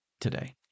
today